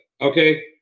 okay